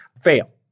fail